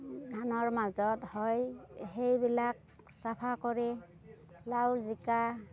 ধানৰ মাজত হয় সেইবিলাক চাফা কৰি লাও জিকা